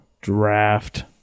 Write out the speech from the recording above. draft